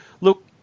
look